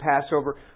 Passover